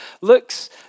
looks